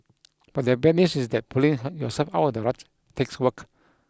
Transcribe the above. but the bad news is that pulling her yourself out of the rut takes work